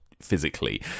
physically